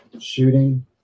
shooting